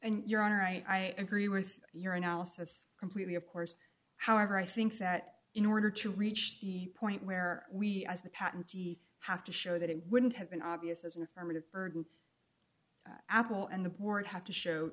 and your honor i agree with your analysis completely of course however i think that in order to reach the point where we as the patentee have to show that it wouldn't have been obvious as an affirmative burden apple and the board have to show